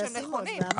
שהם נכונים.